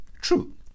True